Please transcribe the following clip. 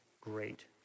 great